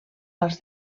als